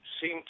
seem